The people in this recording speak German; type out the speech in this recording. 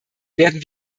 werden